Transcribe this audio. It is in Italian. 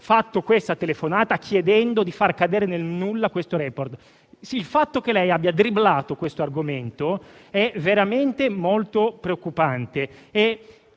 fatto questa telefonata chiedendo di far cadere questo *report* nel nulla. Il fatto che lei abbia dribblato questo argomento è veramente molto preoccupante